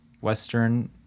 western